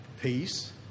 peace